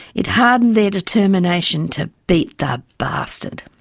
it hardened their determination to beat the bastard.